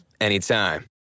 anytime